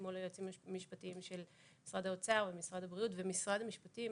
מול היועצים המשפטיים של משרד האוצר ומשרד הבריאות ומשרד המשפטים,